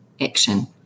action